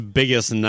biggest